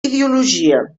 ideologia